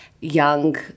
young